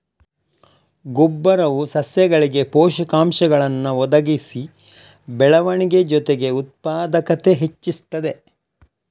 ಗೊಬ್ಬರವು ಸಸ್ಯಗಳಿಗೆ ಪೋಷಕಾಂಶಗಳನ್ನ ಒದಗಿಸಿ ಬೆಳವಣಿಗೆ ಜೊತೆಗೆ ಉತ್ಪಾದಕತೆ ಹೆಚ್ಚಿಸ್ತದೆ